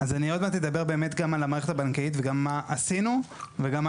אז אני עוד מעט אדבר באמת גם על המערכת הבנקאית וגם מה עשינו וגם מה